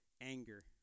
anger